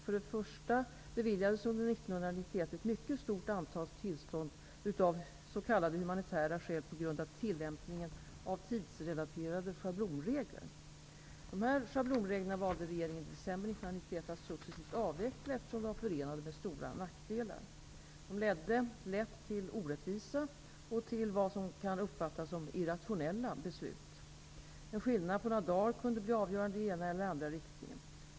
För det första beviljades under 1991 ett mycket stort antal tillstånd av s.k. humanitära skäl på grund av tillämpningen av tidsrelaterade schablonregler. Dessa schablonregler valde regeringen i december 1991 att successivt avveckla, eftersom de var förenade med stora nackdelar. De ledde lätt till orättvisa, och till vad som kan uppfattas som irrationella beslut. En skillnad på några dagar kunde bli avgörande i ena eller andra riktningen.